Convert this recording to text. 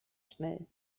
schnell